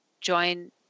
join